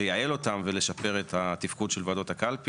אני פותח את ישיבת ועדת הפנים והגנת הסביבה.